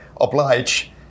oblige